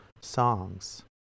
songs